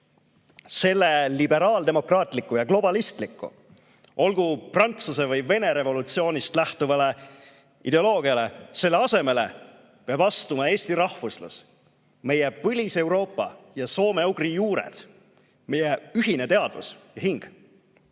Selle liberaaldemokraatliku ja globalistliku, olgu Prantsuse või Vene revolutsioonist lähtuva ideoloogia asemele peab astuma eesti rahvuslus, meie põliseuroopa ja soome-ugri juured, meie ühine teadvus ja hing.